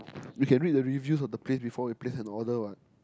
you can read the review of the place before you place an order what